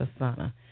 Asana